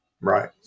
Right